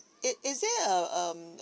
it is there uh um